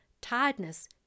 Tiredness